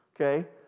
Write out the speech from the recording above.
okay